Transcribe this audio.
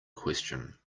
question